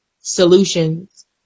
solutions